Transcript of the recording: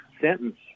sentence